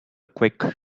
quick